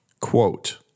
Quote